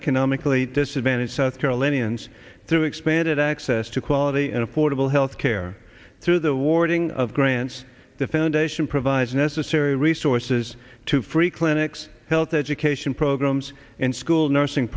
economically disadvantaged south carolinians through expanded access to quality and affordable health care through the warding of grants the foundation provides necessary resources to free clinics health education programs and school nursing